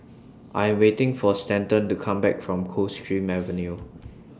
I Am waiting For Stanton to Come Back from Coldstream Avenue